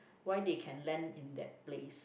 why they can land in that place